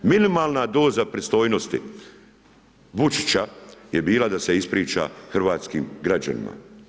Minimalna doza pristojnosti Vučića je bila da se ispriča hrvatskim građanima.